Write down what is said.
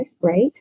right